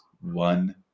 one